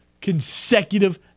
consecutive